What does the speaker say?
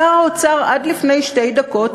שר האוצר עד לפני שתי דקות,